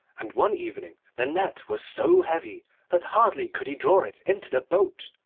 and one evening the net was so heavy that hardly could he draw it into the boat.